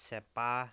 চেপা